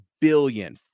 billion